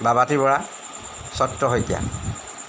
বাবাতি বৰা চক্ৰ শইকীয়া